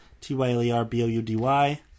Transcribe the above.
t-y-l-e-r-b-o-u-d-y